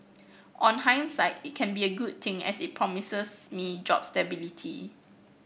on hindsight it can be a good thing as it promises me job stability